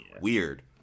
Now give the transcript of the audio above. weird